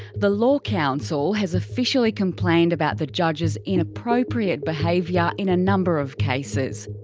the law council has officially complained about the judge's inappropriate behaviour in a number of cases.